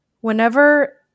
Whenever